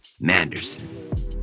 Manderson